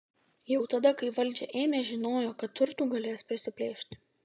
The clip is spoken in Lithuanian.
jau tada kai valdžią ėmė žinojo kad turtų galės prisiplėšti